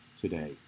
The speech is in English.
today